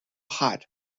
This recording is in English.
hot